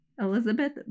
elizabeth